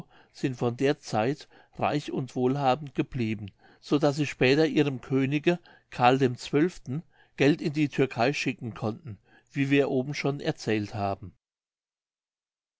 sind von der zeit reich und wohlhabend geblieben so daß sie später ihrem könige carl xii geld in die türkei schicken konnten wie wir oben schon erzählt haben